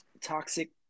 toxic